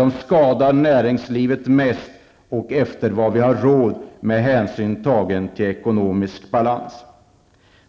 som skadar näringslivet mest och som vi har råd att ta bort med hänsyn tagen till ekonomisk balans.